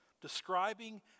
describing